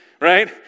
right